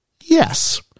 yes